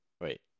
Wait